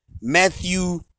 matthew